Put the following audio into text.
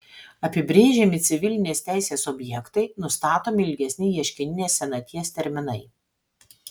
apibrėžiami civilinės teisės objektai nustatomi ilgesni ieškininės senaties terminai